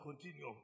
continue